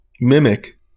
mimic